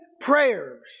prayers